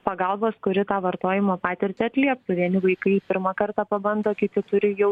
pagalbos kuri tą vartojimo patirtį atlieptų vieni vaikai pirmą kartą pabando kiti turi jau